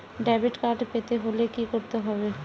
Debit card পেতে হলে কি করতে হবে?